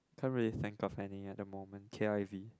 can't really think of any other moment K_I_V